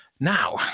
Now